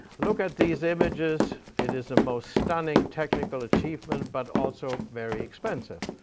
look at these images. it is the most stunning technical achievement, but also very expensive.